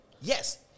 yes